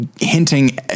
hinting